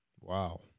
Wow